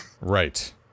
Right